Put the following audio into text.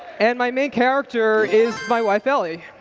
and my main character is my wife, ellie.